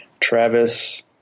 travis